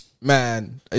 Man